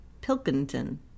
Pilkington